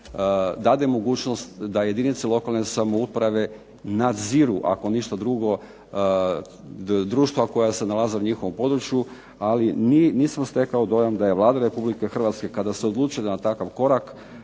dade mogućnost da jedinice lokalne samouprave nadziru ako ništa drugo društva koja se nalaze u njihovom području. Ali nisam stekao dojam da je Vlada Republike Hrvatske kada se odluče na takav korak